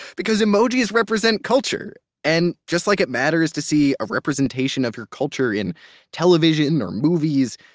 because emojis represent culture and just like it matters to see a representation of your culture in television or movies,